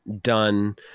done